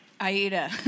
Aida